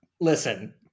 Listen